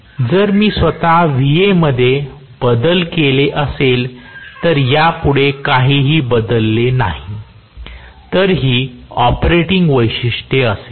जर मी स्वतः Va मध्ये बदल केले असेल तर यापुढे काहीही बदलले नाही तर ही ऑपरेटिंग वैशिष्ट्ये असेल